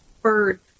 bird